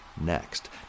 next